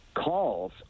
calls